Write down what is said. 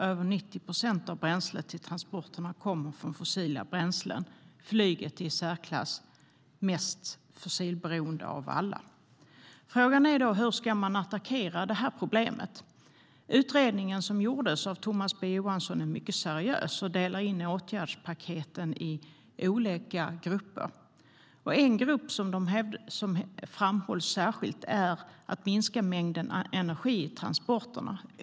Över 90 procent av bränslet i transporterna kommer från fossila bränslen. Flyget är i särklass mest fossilberoende av alla. Frågan är då hur man ska attackera problemet. Utredningen som gjordes av Thomas B Johansson är mycket seriös, och delar in åtgärdspaketen i olika grupper. En grupp som framhålls särskilt är att minska mängden energi i transporterna.